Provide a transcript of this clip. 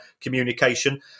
communication